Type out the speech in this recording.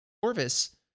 Corvus